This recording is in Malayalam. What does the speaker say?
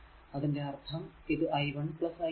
അതിന്റെ അർഥം ഇത് i1 i2